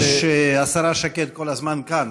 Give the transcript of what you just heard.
השרה שקד כל הזמן כאן,